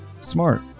smart